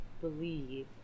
believe